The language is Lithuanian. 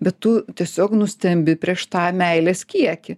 bet tu tiesiog nustembi prieš tą meilės kiekį